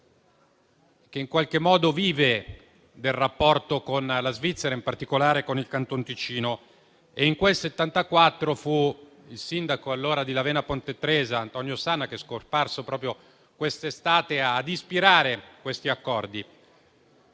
territorio che vive del rapporto con la Svizzera, in particolare con il Canton Ticino. In quel 1974 fu il sindaco di allora di Lavena Ponte Tresa, Antonio Sanna, che è scomparso proprio questa estate, ad ispirare questi accordi.